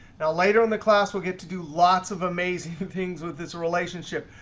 now later in the class, we'll get to do lots of amazing things with this relationship.